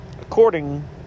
According